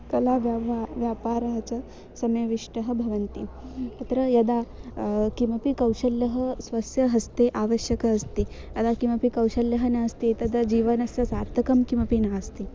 कलाव्याव्हा व्यापारः च समाविष्टाः भवन्ति अत्र यदा किमपि कौशल्यं स्वस्य हस्ते आवश्यकम् अस्ति यदा किमपि कौशल्यं नास्ति तदा जीवनस्य सार्थकं किमपि नास्ति